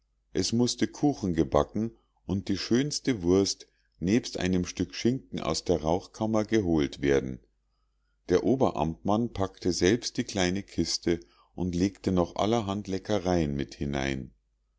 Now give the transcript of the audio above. es mußte kuchen gebacken und die schönste wurst nebst einem stück schinken aus der rauchkammer geholt werden der oberamtmann packte selbst die kleine kiste und legte noch allerhand leckereien mit hinein